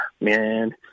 man